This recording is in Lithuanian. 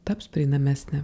taps prieinamesnė